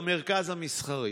במרכז המסחרי.